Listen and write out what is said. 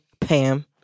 Pam